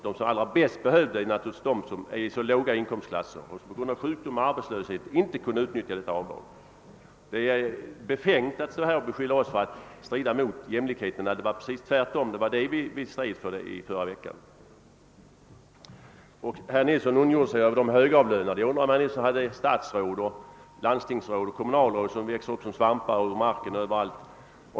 De som allra mest behöver förmånerna är naturligtvis människor som befinner sig i extremt låga inkomstklasser eller som på grund av sjukdom och arbetslöshet inte kan utnyttja detta avdrag. Det är rent befängt att beskylla oss för att gå emot jämlikhetssträvandena. Det förhåller sig precis tvärtom, och det var just detta vi stred för förra veckan. Vidare ondgjorde sig herr Nilsson i Kalmar över de högavlönades privilegier. Jag undrar om han då hade statsråden i åtanke eller de landstingsråd och kommunalråd som nu växer upp som svampar ur marken överallt.